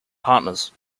partners